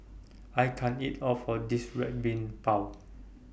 I can't eat All of This Red Bean Bao